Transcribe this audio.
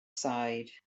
side